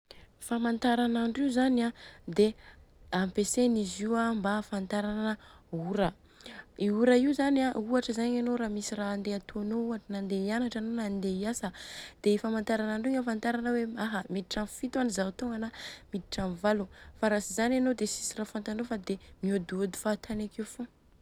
Famantaranandro io zany an dia ampiasaina izy io an mba ahafantarana ora. I ora io zany an ohatra zany anô raha misy raha handeha atônô ohatra na handeha hianatra na handeha hiasa dia i famantaranandro igny ahafantarana hoe aha miditra am fito any zao togna na miditra amin'ny valo fa raha tsy zany anô dia tsisy raha fantanô fa dia miôdiôdy fahatany akeo.